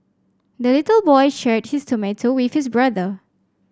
the little boy shared his tomato with his brother